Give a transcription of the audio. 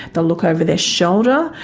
they'll look over their shoulder,